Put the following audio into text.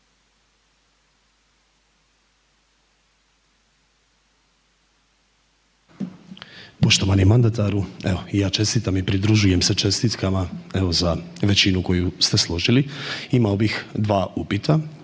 Poštovani mandataru, i ja čestitam i pridružujem se čestitkama evo za većinu koju ste složili. Imao bih dva upita.